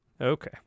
okay